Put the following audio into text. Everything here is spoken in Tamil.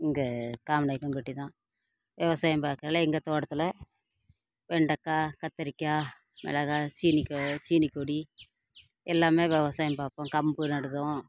இங்கே காமநாயக்கன் பட்டி தான் விவசாயம் பார்க்கையில எங்கள் தோட்டத்தில் வெண்டக்காய் கத்தரிக்காய் மிளகாய் சீனி கொ சீனி கொடி எல்லாம் விவசாயம் பார்ப்போம் கம்பு நடுதோம்